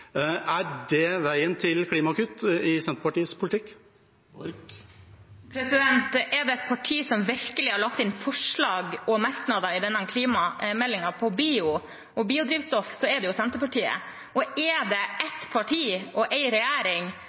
Er det veien til klimakutt i Senterpartiets politikk? Er det et parti som i forbindelse med denne klimameldingen virkelig har lagt inn forslag og merknader om bio og biodrivstoff, så er det jo Senterpartiet. Og er det